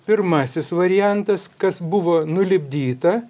pirmasis variantas kas buvo nulipdyta